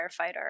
firefighter